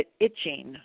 itching